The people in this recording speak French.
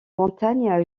montagnes